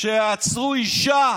שיעצרו אישה